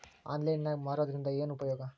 Online ನಾಗ್ ಮಾರೋದ್ರಿಂದ ಏನು ಉಪಯೋಗ?